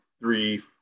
three